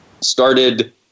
started